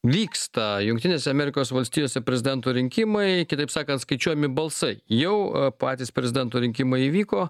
vyksta jungtinėse amerikos valstijose prezidento rinkimai kitaip sakant skaičiuojami balsai jau patys prezidento rinkimai įvyko